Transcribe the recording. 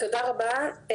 תודה רבה.